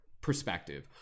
perspective